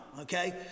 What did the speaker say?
okay